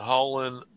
Holland